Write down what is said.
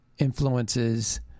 Influences